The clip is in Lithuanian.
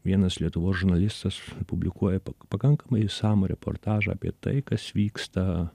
vienas lietuvos žurnalistas publikuoja pakankamai išsamų reportažą apie tai kas vyksta